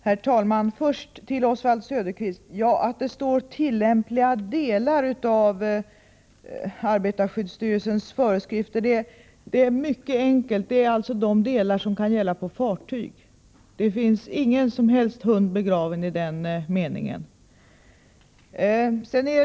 Herr talman! Först till Oswald Söderqvist. Att det talas om ”tillämpliga delar av arbetarskyddsstyrelsens föreskrifter” är mycket enkelt att förklara. Det gäller de delar som kan avse fartyg. Det finns inte alls någon hund begraven här.